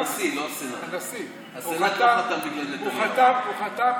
הוא חתם